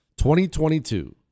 2022